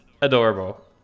adorable